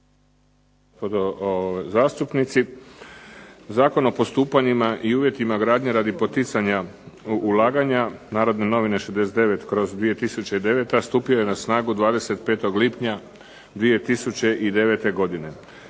zastupnici. Zakon o postupanjima i uvjetima gradnje radi poticanja ulaganja, "Narodne novine" 69/09. stupio je na snagu 25. lipnja 2009. godine.